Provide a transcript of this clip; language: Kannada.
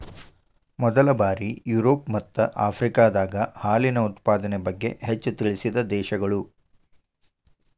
ಮೊದಲ ಬಾರಿ ಯುರೋಪ ಮತ್ತ ಆಫ್ರಿಕಾದಾಗ ಹಾಲಿನ ಉತ್ಪಾದನೆ ಬಗ್ಗೆ ಹೆಚ್ಚ ತಿಳಿಸಿದ ದೇಶಗಳು